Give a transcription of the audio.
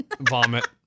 Vomit